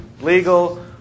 legal